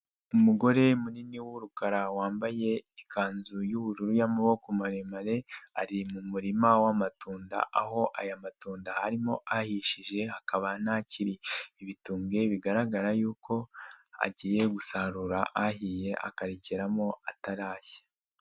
Umugore munini w'urukara wambaye ikanzu y'ubururu y'amaboko maremare, ari mu murima w'amatunda aho aya matunda arimo ahishije, hakaba hari ibitumbwe bigaragara yuko agiye gusarura ahiye akarekeramo atarashya.